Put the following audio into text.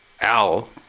Al